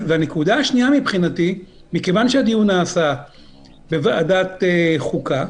מכיוון שהדיון נעשה בוועדת החוקה,